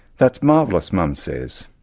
that's marvellous mum says,